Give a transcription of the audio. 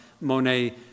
Monet